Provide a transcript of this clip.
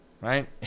right